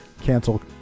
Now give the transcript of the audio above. cancel